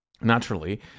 Naturally